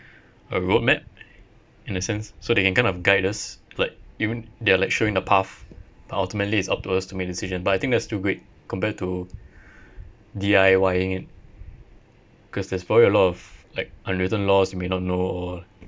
a road map in a sense so they can kind of guide us like even they are showing the path but ultimately it's up to us to make decision but I think that's still great compared to D_I_Ying it cause there's probably a lot of like unwritten laws you may not know or